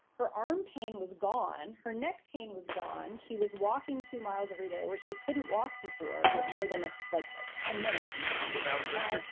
her arm pain was gone, her neck pain was gone. she was walking two miles a day where she couldn't walk before, like more than ah like ah ten minutes and this is without surgery?